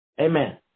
Amen